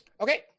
Okay